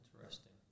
interesting